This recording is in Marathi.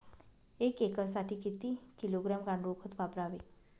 एक एकरसाठी किती किलोग्रॅम गांडूळ खत वापरावे?